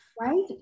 Right